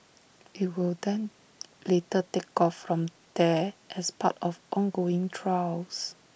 IT will then later take off from there as part of ongoing trials